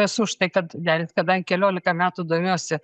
esu už tai kad derint kadangi keliolika metų domiuosi